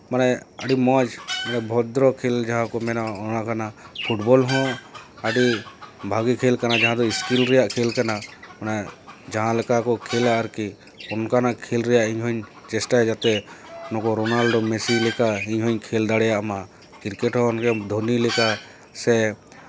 ᱢᱟᱱᱮ ᱟᱹᱰᱤ ᱢᱚᱡᱽ ᱢᱟᱱᱮ ᱵᱷᱚᱫᱽᱨᱚ ᱠᱷᱮᱞ ᱡᱟᱦᱟᱸ ᱠᱚ ᱢᱮᱱᱟ ᱚᱱᱟ ᱠᱟᱱᱟ ᱯᱷᱩᱴᱵᱚᱞ ᱦᱚᱸ ᱟᱹᱰᱤ ᱵᱷᱟᱹᱜᱤ ᱠᱷᱮᱞ ᱠᱟᱱᱟ ᱡᱟᱦᱟᱸ ᱫᱚ ᱤᱥᱠᱩᱞ ᱨᱮᱭᱟᱜ ᱠᱷᱮᱞ ᱠᱟᱱᱟ ᱚᱱᱟ ᱡᱟᱦᱟᱸ ᱞᱮᱠᱟ ᱠᱚ ᱠᱷᱮᱞᱟ ᱟᱨᱠᱤ ᱚᱱᱠᱟᱜ ᱠᱷᱮᱞ ᱨᱮ ᱤᱧ ᱦᱚᱧ ᱪᱮᱥᱴᱟᱭᱟ ᱡᱟᱛᱮ ᱱᱩᱠᱩ ᱨᱳᱱᱟᱞᱰᱳ ᱢᱮᱥᱤ ᱞᱮᱠᱟ ᱤᱧ ᱦᱚᱧ ᱠᱷᱮᱞ ᱫᱟᱲᱮᱭᱟᱜ ᱢᱟ ᱠᱨᱤᱠᱮᱴᱚᱨ ᱫᱚ ᱫᱷᱳᱱᱤ ᱞᱮᱠᱟ ᱥᱮ